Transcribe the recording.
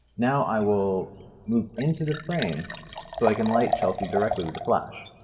now i will move into the frame so i can light chelsea directly with the flash.